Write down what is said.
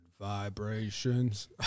vibrations